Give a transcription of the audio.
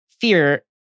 fear